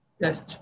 Yes